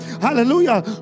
Hallelujah